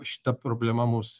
šita problema mus